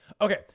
Okay